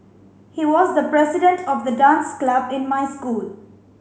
he was the president of the dance club in my school